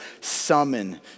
summon